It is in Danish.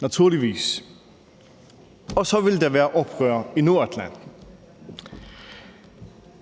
naturligvis. Og så vil der være oprør i Nordatlanten.